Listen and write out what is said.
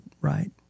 right